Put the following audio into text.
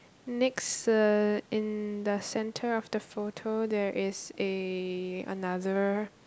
next uh in the centre of the photo there is a another